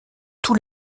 tous